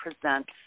presents